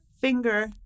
finger